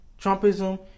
Trumpism